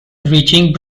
reaching